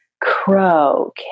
crow